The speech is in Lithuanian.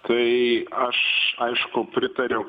tai aš aišku pritariau